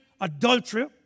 adultery